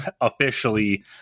officially